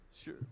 Sure